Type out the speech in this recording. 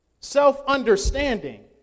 self-understanding